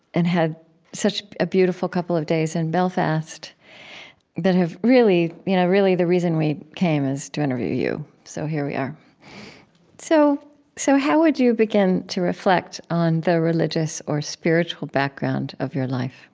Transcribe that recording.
and had such a beautiful couple of days in belfast that have really you know really, the reason we came is to interview you. so here we are so so how would you begin to reflect on the religious or spiritual background of your life?